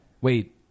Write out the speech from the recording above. Wait